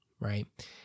right